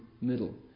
middle